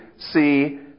see